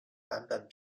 版本